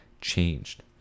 changed